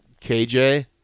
KJ